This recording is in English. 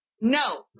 No